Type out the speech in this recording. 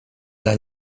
dla